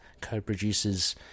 co-producers